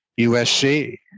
USC